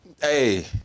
Hey